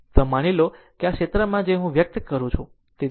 તો માની લો કે આ ક્ષેત્રમાં જે હું વ્યક્ત કરું છું